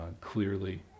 clearly